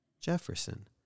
Jefferson